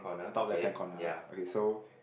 top left hand corner ah okay so